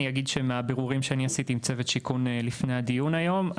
אני אגיד שבבירורים שאני עשיתי עם צוות שיכון לפני הדיון היום,